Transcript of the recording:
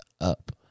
up